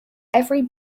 every